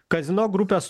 kazino grupės